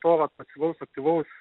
to vat pasyvaus aktyvaus